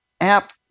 app